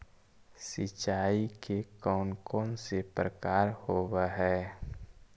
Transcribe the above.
सिंचाई के कौन कौन से प्रकार होब्है?